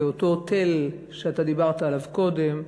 ואותו תל שאתה דיברת עליו קודם,